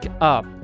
up